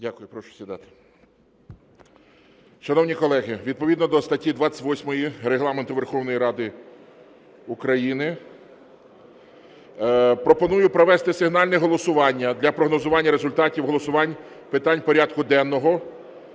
Дякую. Прошу сідати.